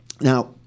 Now